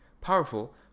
powerful